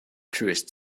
truest